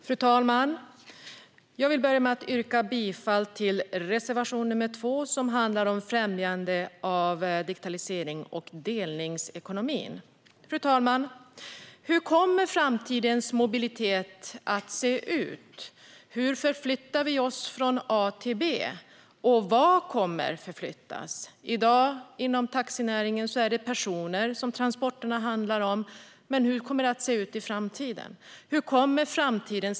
Fru talman! Jag börjar med att yrka bifall till reservation 2 om främjande av digitalisering och delningsekonomi. Fru talman! Hur kommer framtidens mobilitet att se ut? Hur kommer vi att förflytta oss från A till B? Och vad kommer att förflyttas? Inom taxinäringen i dag är det personer transporterna handlar om. Men hur kommer det att se ut i framtiden?